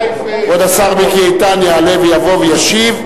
מיקי איתן יעלה ויבוא וישיב,